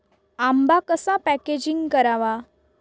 आंबा कसा पॅकेजिंग करावा?